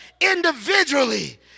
individually